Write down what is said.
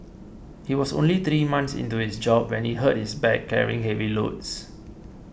he was only three months into his job when he hurt his back carrying heavy loads